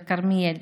בכרמיאל.